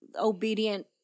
obedient